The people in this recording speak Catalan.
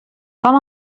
com